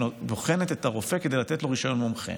שבוחנות את הרופא כדי לתת לו רישיון מומחה.